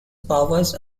powers